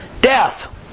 death